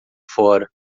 fora